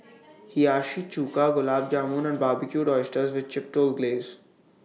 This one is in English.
Hiyashi Chuka Gulab Jamun and Barbecued Oysters with Chipotle Glaze